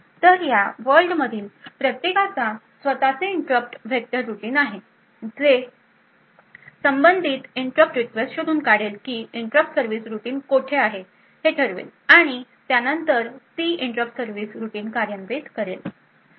तर या वर्ल्डमधील प्रत्येकाचा स्वतःचे इंटरप्ट वेक्टर रूटीन आहे असेल जो संबंधित इंटरप्ट रिक्वेस्टशोधून काढेल की इंटरप्ट सर्व्हिस रूटीन कोठे आहे हे ठरवेल आणि त्यानंतर ती इंटरप्ट सर्व्हिस रूटीन कार्यान्वित करेल